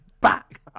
back